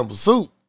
Soup